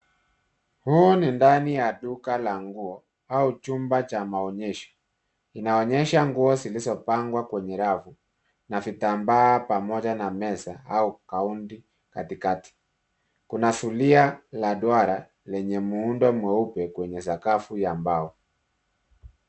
Huu ni ndani ya duka la nguo au chumba cha maonyesho. Inaonyesha nguo zilizopangwa kwenye rafu an vitambaa pamoja na meza au kaunti katikati. Kuna zulia la duara lenye muundo mweupe kwenye sakafu ya mbao.